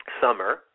summer